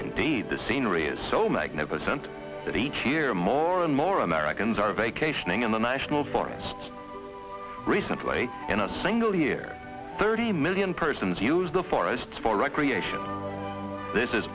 indeed the scenery is so magnificent that each year more and more americans are vacationing in the national forests recently in a single year thirty million persons use the forests for recreation this is